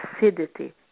acidity